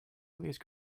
please